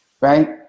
right